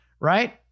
right